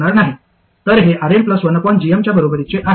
तर हे RL 1gm च्या बरोबरीचे आहे